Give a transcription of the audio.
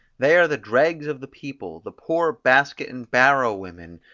they are the dregs of the people, the poor basket and barrow-women,